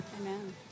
Amen